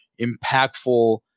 impactful